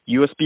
USB